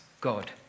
God